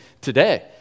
today